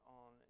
on